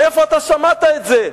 מאיפה אתה שמעת את זה?